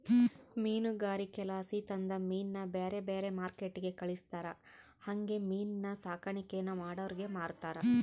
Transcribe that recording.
ಮೀನುಗಾರಿಕೆಲಾಸಿ ತಂದ ಮೀನ್ನ ಬ್ಯಾರೆ ಬ್ಯಾರೆ ಮಾರ್ಕೆಟ್ಟಿಗೆ ಕಳಿಸ್ತಾರ ಹಂಗೆ ಮೀನಿನ್ ಸಾಕಾಣಿಕೇನ ಮಾಡೋರಿಗೆ ಮಾರ್ತಾರ